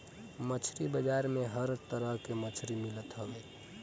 मछरी बाजार में हर तरह के मछरी मिलत हवे